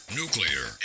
nuclear